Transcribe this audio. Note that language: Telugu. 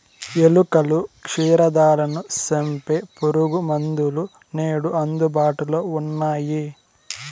ఎలుకలు, క్షీరదాలను సంపె పురుగుమందులు నేడు అందుబాటులో ఉన్నయ్యి